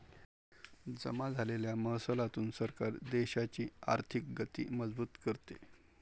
जमा झालेल्या महसुलातून सरकार देशाची आर्थिक गती मजबूत करते